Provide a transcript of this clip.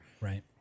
Right